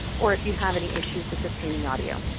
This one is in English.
or if you have any issues with the streaming audio.